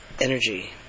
energy